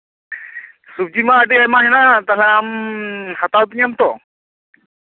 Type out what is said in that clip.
ᱥᱚᱵᱽᱡᱤ ᱢᱟ ᱟᱹᱰᱤ ᱟᱭᱢᱟ ᱢᱮᱱᱟᱜᱼᱟ ᱛᱟᱦᱞᱮ ᱟᱢ ᱦᱟᱛᱟᱣ ᱛᱤᱧᱟᱢ ᱛᱚ